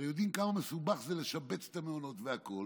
הרי יודעים כמה זה מסובך לשבץ את המעונות והכול,